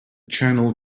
channel